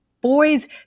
boys